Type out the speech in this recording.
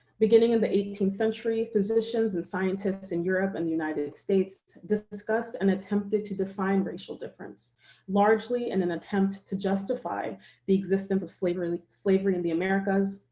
beginning in the eighteenth century, physicians and scientists in europe and the united states discussed and attempted to define racial difference largely in an attempt to justify the existence of slavery like slavery in the americas,